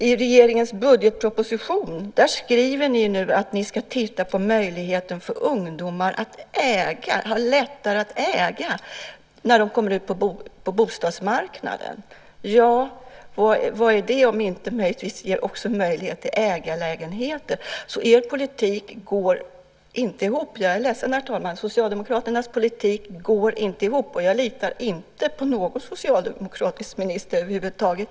I regeringens budgetproposition skriver ni nu att ni ska titta på möjligheten för att ungdomar ska få det lättare att äga när de kommer ut på bostadsmarknaden. Vad innebär det om inte att ge möjlighet också till ägarlägenheter? Er politik går inte ihop. Jag är ledsen, herr talman, men Socialdemokraternas politik går inte ihop. Och jag litar inte på någon socialdemokratisk minister över huvud taget.